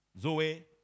Zoe